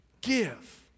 Give